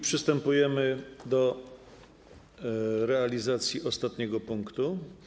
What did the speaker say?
Przystępujemy do realizacji ostatniego punktu.